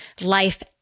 life